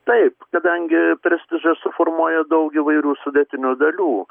taip kadangi prestižą suformuoja daugiau įvairių sudėtinių dalių